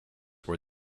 were